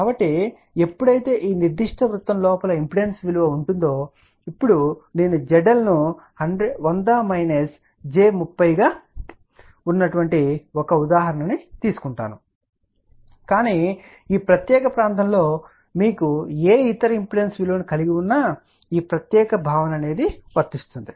కాబట్టి ఎప్పుడైతే ఈనిర్దిష్ట వృత్తం లో ఇంపిడెన్స్ ఉంటుందో ఇప్పుడు నేను ZL ను 100 j 30 గా ఉన్న ఒక ఉదాహరణ తీసుకుంటున్నాను కాని ఈ ప్రత్యేక ప్రాంతం లో మీకు ఏ ఇతర ఇంపిడెన్స్ విలువ ను కలిగి ఉన్నా ఈ ప్రత్యేక భావన వర్తిస్తుంది